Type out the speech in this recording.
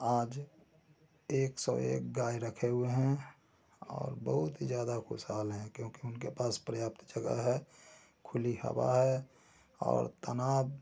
आज एक सौ एक गाय रखे हुए हैं और बहुत ज़्यादा खुशहाल हैं क्योंकि उनके यहाँ पर्याप्त जगह है खुली हवा है और तनाव को